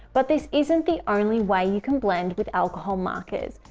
but this isn't the only way you can blend with alcohol markers.